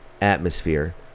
atmosphere